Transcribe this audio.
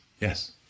yes